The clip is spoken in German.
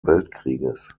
weltkrieges